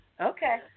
Okay